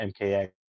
MKX